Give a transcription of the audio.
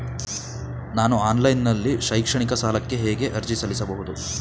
ನಾನು ಆನ್ಲೈನ್ ನಲ್ಲಿ ಶೈಕ್ಷಣಿಕ ಸಾಲಕ್ಕೆ ಹೇಗೆ ಅರ್ಜಿ ಸಲ್ಲಿಸಬಹುದು?